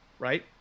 Right